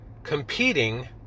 competing